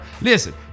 Listen